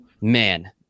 man